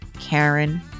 Karen